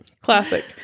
Classic